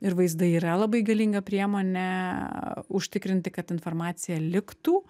ir vaizdai yra labai galinga priemonė užtikrinti kad informacija liktų